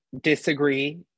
disagree